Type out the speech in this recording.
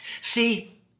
See